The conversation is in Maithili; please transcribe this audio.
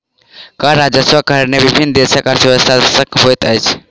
कर राजस्वक कारणेँ विभिन्न देशक अर्थव्यवस्था शशक्त होइत अछि